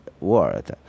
world